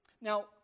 Now